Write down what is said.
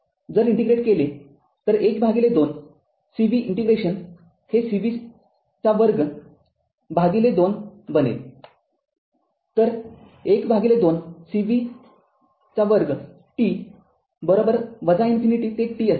जर इंटिग्रेट केले तर १२ c v ∫ हे c v२ भागिले २ बनेलतर १२ c v २ t इन्फिनिटी ते t असेल